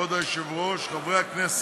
כבוד היושב-ראש, חברי הכנסת,